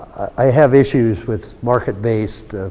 ah have issues with market-based